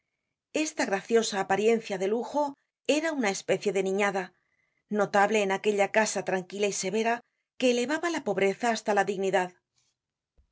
esta graciosa apariencia de lujo era una especie de niñada notable en aquella casa tranquila y severa que elevaba la pobreza hasta la dignidad